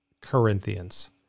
Corinthians